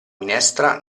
minestra